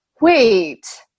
wait